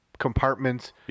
compartments